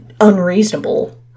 unreasonable